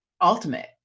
ultimate